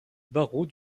barreau